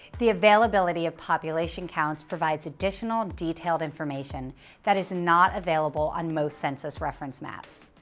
the availability of population counts provides additional, detailed information that is not available on most census reference maps.